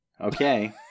Okay